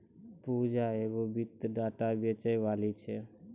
पूजा एगो वित्तीय डेटा बेचैबाली छै